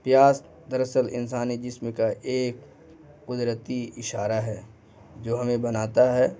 پیاس درصل انسان ہے جسم کا ایک قدرتی اشارہ ہے جو ہمیں بناتا ہے